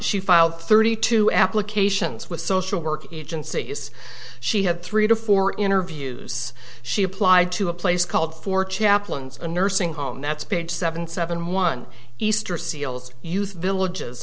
she filed thirty two applications with social worker agencies she had three to four interviews she applied to a place called four chaplains a nursing home that's page seven seven one easter se